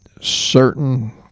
certain